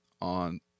on